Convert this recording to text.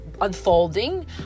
Unfolding